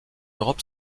europe